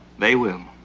they will.